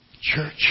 Church